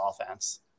offense